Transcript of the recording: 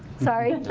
sorry.